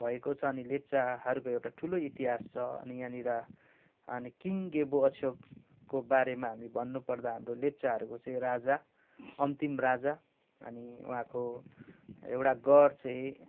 भएको छ अनि लेप्चाहरूको एउटा ठुलो इतिहास छ अनि यहाँनिर अनि किङ गेबो अछ्योबको बारेमा हामी भन्नुपर्दा हाम्रो लेप्चाहरूको चाहिँ राजा अन्तिम राजा अनि उहाँको एउटा गढ चाहिँ